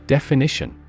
Definition